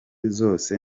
zose